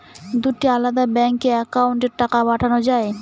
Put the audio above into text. দুটি আলাদা ব্যাংকে অ্যাকাউন্টের টাকা পাঠানো য়ায়?